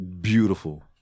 beautiful